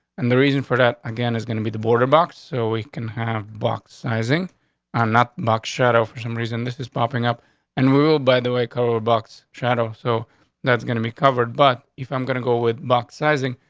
and the reason for that again is going to be the border box so we can have block sizing are not box shadow. for some reason, this is popping up and we'll, by the way, color box shadow. so that's gonna be covered. but if i'm gonna go with box sizing,